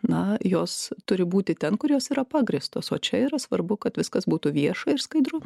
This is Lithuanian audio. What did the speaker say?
na jos turi būti ten kur jos yra pagrįstos o čia yra svarbu kad viskas būtų vieša ir skaidru